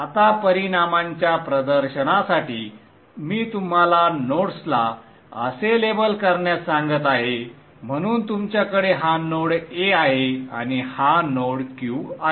आता परिणामांच्या प्रदर्शनासाठी मी तुम्हाला नोड्सला असे लेबल करण्यास सांगत आहे म्हणून तुमच्याकडे हा नोड A आहे आणि हा नोड Q आहे